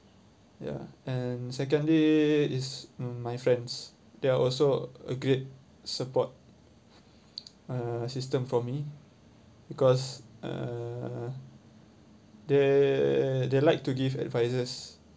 ya and secondly is my friends they are also a great support uh system for me because uh they they like to give advices